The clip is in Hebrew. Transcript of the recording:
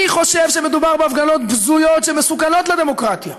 אני חושב שמדובר בהפגנות בזויות שמסוכנות לדמוקרטיה,